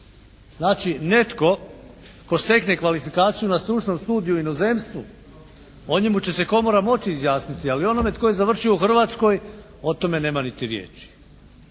Znači, netko tko stekne kvalifikaciju na stručnom studiju u inozemstvu o njemu će se komora moći izjasniti ali onome tko je završio u Hrvatskoj o tome nema niti riječi.